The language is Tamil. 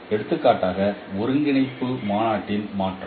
எடுத்துக்காட்டாக ஒருங்கிணைப்பு மாநாட்டின் மாற்றம்